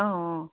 অঁ অঁ